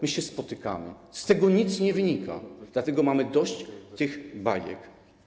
My się spotykamy, z tego nic nie wynika, dlatego mamy dość tych bajek.